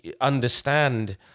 understand